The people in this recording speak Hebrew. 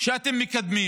שאתם מקדמים,